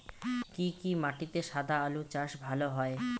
কি কি মাটিতে সাদা আলু চাষ ভালো হয়?